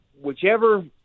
whichever